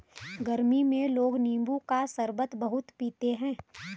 गरमी में लोग नींबू का शरबत खूब पीते है